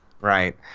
Right